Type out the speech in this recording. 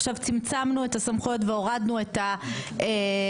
עכשיו צמצמנו את הסמכויות והורדנו את --- לא,